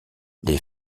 les